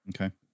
okay